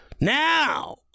now